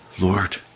Lord